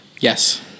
Yes